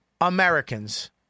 Americans